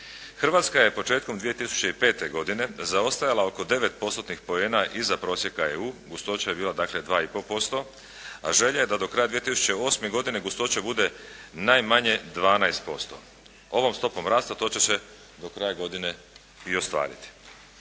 Hrvatska je početkom 2005. godine zaostajala oko 9 postotnih poena iza prosjeka EU, gustoća je bila, dakle 2,5%, a želja je da do kraja 2008. godine gustoća bude najmanje 12%. Ovom stopom rasta to će se do kraja godine i ostvariti.